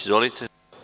Izvolite.